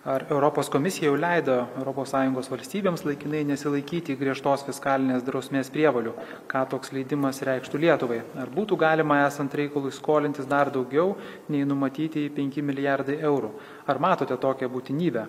ar europos komisija jau leido europos sąjungos valstybėms laikinai nesilaikyti griežtos fiskalinės drausmės prievolių ką toks leidimas reikštų lietuvai ar būtų galima esant reikalui skolintis dar daugiau nei numatytieji penki milijardai eurų ar matote tokią būtinybę